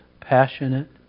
passionate